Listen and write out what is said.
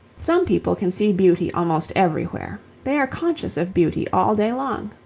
some people can see beauty almost everywhere they are conscious of beauty all day long.